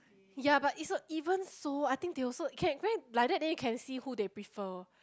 ya but it's so even so I think they also can can like that then you can see who they prefer